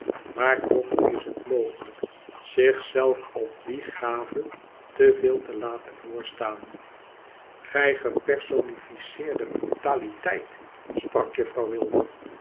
maar toch is het mogelijk zich zelf op die gave te veel te laten voorstaan gij gepersonifieerde brutaliteit sprak juffrouw